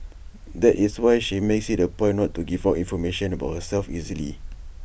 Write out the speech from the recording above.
that is why she makes IT A point not to give out information about herself easily